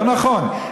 לא נכון.